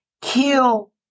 kill